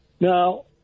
Now